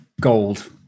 gold